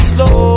Slow